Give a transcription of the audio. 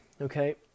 Okay